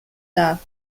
dar